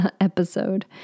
episode